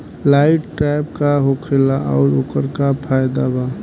Light trap का होखेला आउर ओकर का फाइदा बा?